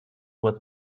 was